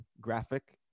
graphic